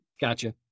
gotcha